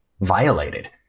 violated